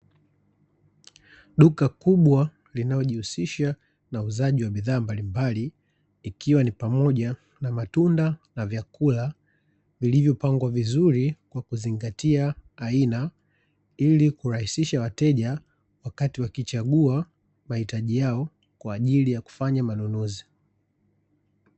Duka kubwa linalojihusisha na uuzaji wa bidhaa mbalimbali, ikiwa ni pamoja na matunda na vyakula, vilivyopangwa vizuri kwa kuzingatia aina, ili kurahisisha wateja wakati wakichagua mahitaji yao kwa ajili ya kufanya manunuzi.